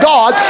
God